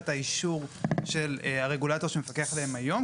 האישור של הרגולטור שמפקח עליהם היום,